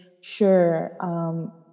sure